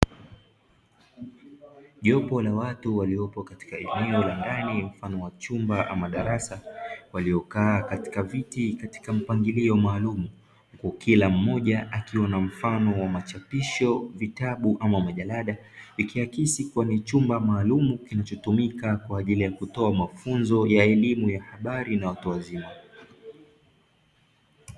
Jopo la watu waliopo katika eneo la ndani mfano wa chumba ama darasa, waliokaa katika viti katika mpangilio maalumu, huku kila mmoja akiwa na mfano wa machapisho, vitabu ama majalada, ikiakisi kuwa ni chumba maalumu kitumikacho katika kutoa mafunzo ya elimu ya habari na watu wazima.